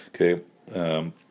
Okay